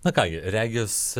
na ką gi regis